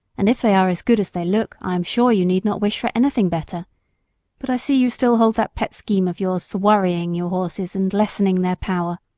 and if they are as good as they look i am sure you need not wish for anything better but i see you still hold that pet scheme of yours for worrying your horses and lessening their power.